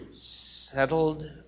settled